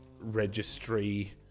registry